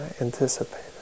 anticipated